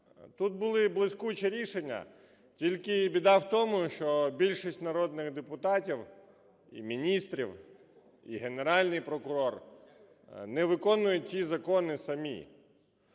Тут були блискучі рішення, тільки біда в тому, що більшість народних депутатів і міністрів, і Генеральний прокурор не виконують ті закони самі.